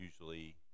usually